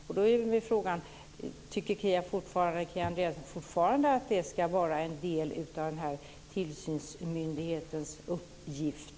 Tycker Kia Andreasson fortfarande att internutredningar ska vara en del av tillsynsmyndighetens uppgift?